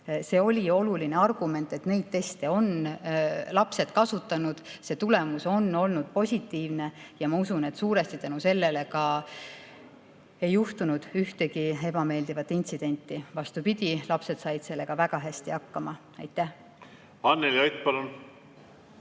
See oli oluline argument, et neid teste on lapsed kasutanud ja tulemus on olnud positiivne. Ma usun, et suuresti tänu sellele ka ei juhtunud ühtegi ebameeldivat intsidenti. Vastupidi, lapsed said sellega väga hästi hakkama. Aitäh! Jaak, ma